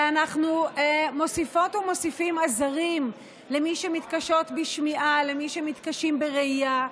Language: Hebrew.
אנחנו מוסיפות ומוסיפים עזרים למי שמתקשות בשמיעה ולמי שמתקשים בראייה.